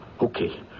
Okay